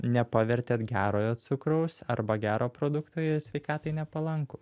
nepavertėt gerojo cukraus arba gero produkto į sveikatai nepalankų